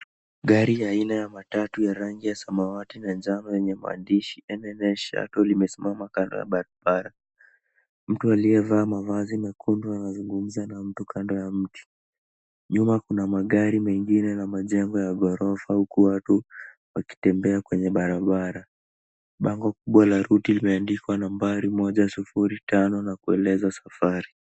Gari aina ya matatu ya rangi ya samawati na njano yenye maandishi enene shuttle limesimama kando ya barabara. Mtu aliyevaa mavazi mekundu anazungmza na mtu kando ya mti. Nyuma kuna magari mengine na majengo ya ghorofa huku watu wakitembea kwenye barabara. Bango kubwa la ruti lime andikwa nambari 105 na kueleza safari.